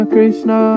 Krishna